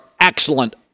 excellent